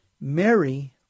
Mary